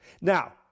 now